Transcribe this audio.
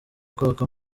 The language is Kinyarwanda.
kwaka